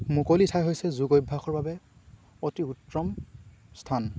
মুকলি ঠাই হৈছে যোগ অভ্যাসৰ বাবে অতি উত্তম স্থান